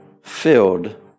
filled